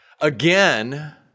Again